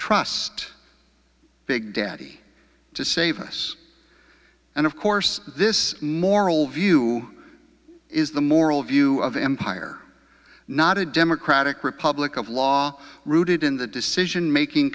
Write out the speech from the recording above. trust big daddy to save us and of course this moral view is the moral view of empire not a democratic republic of law rooted in the decision making